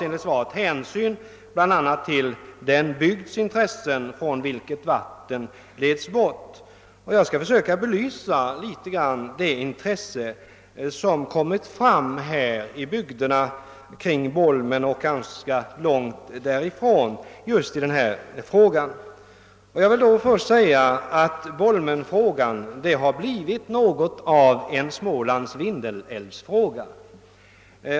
Enligt svaret tas hänsyn till bl.a. den bygds intressen från vilken vatten leds bort. Jag skall försöka belysa det intresse som har visats denna fråga i bygderna kring Bolmen och även i bygder som ligger ganska långt från denna sjö. Bolmenfrågan har blivit något av en Smålands Vindelälvsfråga.